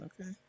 okay